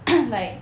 like